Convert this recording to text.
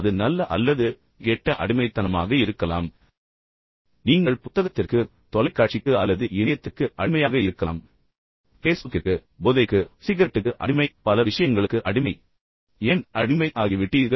அது நல்ல அடிமைத்தனமாக இருக்கலாம் கெட்ட அடிமைத்தனமாக இருக்கலாம் நீங்கள் ஒரு புத்தகத்தைப் படிப்பதற்கு அடிமையாக இருக்கலாம் நீங்கள் தொலைக்காட்சியில் எதையாவது பார்ப்பதற்கு அடிமையாக இருக்கலாம் நீங்கள் இணையத்திற்கு அடிமையாகலாம் ஃபேஸ்புக்கிற்கு அடிமை போதைக்கு அடிமை சிகரெட்டுக்கு அடிமை பல விஷயங்களுக்கு அடிமை ஆனால் ஏன் அடிமை ஆகிவிட்டீர்கள்